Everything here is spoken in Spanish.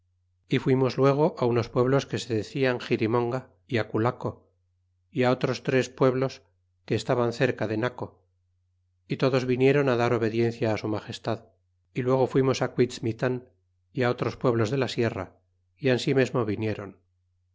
y fuimos luego unos pueblos que se decian girimonga y aculaco y otros tres pueblos que estaban cerca de naco y todos vinieron dar la obediencia k an magestad y luego fuimos quizrnitan y otros pueblos de la sierra y ansimesmo vinieron